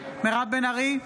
מירב בן ארי,